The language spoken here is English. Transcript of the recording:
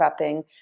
prepping